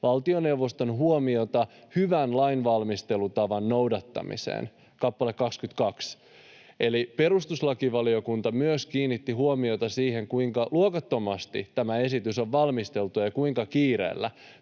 valtioneuvoston huomiota hyvän lainvalmistelutavan noudattamiseen, kappale 22.” Eli myös perustuslakivaliokunta kiinnitti huomiota siihen, kuinka luokattomasti tämä esitys on valmisteltu ja kuinka kiireellä.